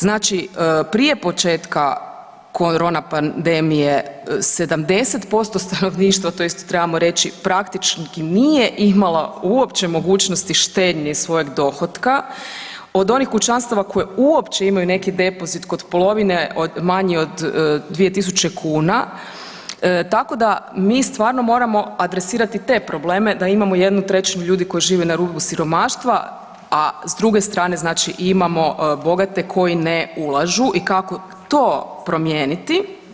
Znači prije četka korona pandemije 70% stanovništva to isto trebamo reći praktički nije imala uopće mogućnosti štednje iz svojeg dohotka od onih kućanstava koje uopće imaju neki depozit kod polovine manje od 2.000 kuna, tako da mi stvarno moramo adresirati te probleme da imamo jednu trećinu ljudi koji žive na rubu siromaštva, a s druge strane imamo bogate koji ne ulažu i kako to promijeniti.